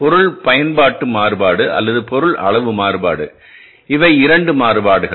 பொருள் பயன்பாட்டு மாறுபாடு அல்லது பொருள் அளவு மாறுபாடு இவை 2 மாறுபாடுகள்